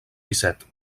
disset